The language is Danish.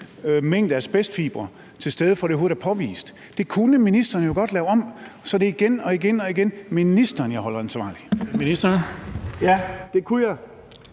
mængde asbestfibre til stede, før det overhovedet er påvist. Det kunne ministeren jo godt lave om, så det er igen og igen ministeren, jeg holder ansvarlig.